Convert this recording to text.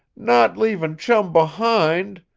not leavin' chum behind?